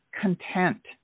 content